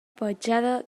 petjada